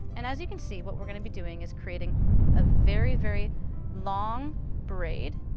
and as you can see, what we are going to be doing is creating a very very long braid,